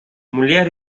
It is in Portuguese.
mulher